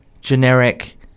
generic